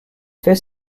fait